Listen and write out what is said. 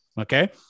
Okay